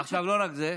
לא רק זה,